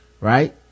right